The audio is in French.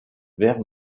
vers